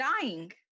dying